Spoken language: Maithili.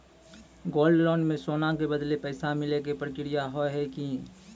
गोल्ड लोन मे सोना के बदले पैसा मिले के प्रक्रिया हाव है की?